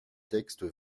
textes